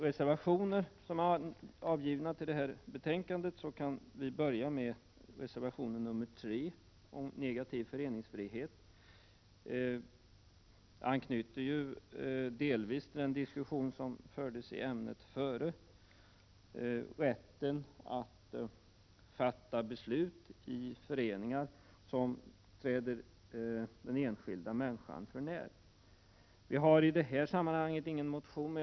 Reservation 3 handlar om negativ föreningsfrihet. Detta anknyter delvis till den diskussion som fördes i den närmast föregående debatten. Det gäller här rätten att i föreningar fatta beslut som träder den enskilda människan för när. Vi har inte väckt någon motion i detta sammanhang.